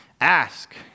ask